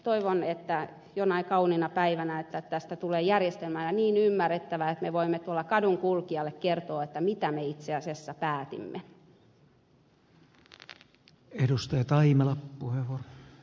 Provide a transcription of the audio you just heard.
toivon että jonain kauniina päivänä tästä tulee järjestelmänä niin ymmärrettävä että me voimme tuolla kadunkulkijalle kertoa mitä me itse asiassa päätimme